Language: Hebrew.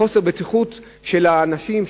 מחוסר בטיחות של האנשים,